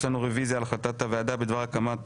יש לנו רביזיה על החלטת הוועדה בדבר הקמת